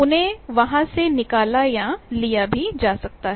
उनको वहां से निकाला या लिया भी जा सकता है